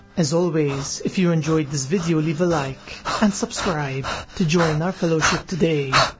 as always if you enjoyed this video leave a like, and subscribe to join our fellowship today.